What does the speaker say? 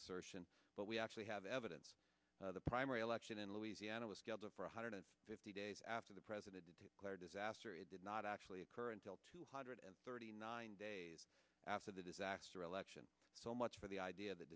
assertion but we actually have evidence the primary election in louisiana was scheduled for one hundred fifty days after the president declared disaster it did not actually occur until two hundred thirty nine days after the disaster election so much for the idea